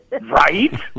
Right